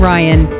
Ryan